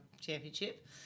championship